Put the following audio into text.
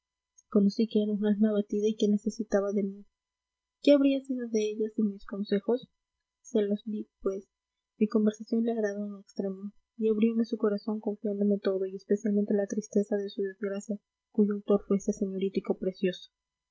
conocí que era un alma abatida y que necesitaba de mí qué habría sido de ella sin mis consejos se los di pues mi conversación le agradó en extremo y abriome su corazón confiándome todo y especialmente la tristeza de su desgracia cuyo autor fue este señoritico precioso